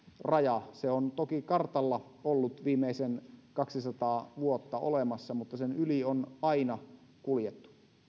raja se on toki kartalla ollut viimeiset kaksisataa vuotta olemassa mutta sen yli on aina kuljettu